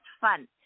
fun